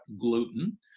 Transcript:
gluten